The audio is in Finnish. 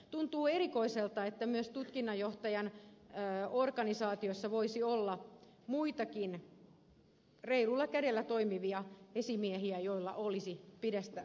tuntuu erikoiselta että myös tutkinnanjohtajan organisaatiossa voisi olla muitakin reilulla kädellä toimivia esimiehiä joilla olisi pidättämismahdollisuus